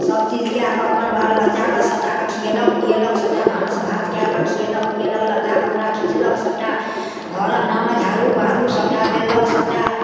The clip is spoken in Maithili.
सभचीज कए कऽ अपन बाल बच्चाके सभटाके खियेलक पियेलक सभटा भानस भात कए कऽ खियेलक पियेलक लत्ता कपड़ा खिचलक सभटा घर अङ्गनामे झाड़ू बाहरू सभटा देलक सभटा